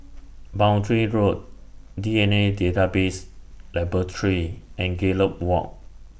Boundary Road D N A Database Laboratory and Gallop Walk